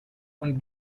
und